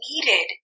needed